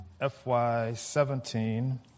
FY17